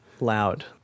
loud